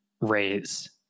raise